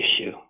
issue